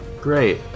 Great